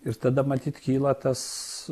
ir tada matyt kyla tas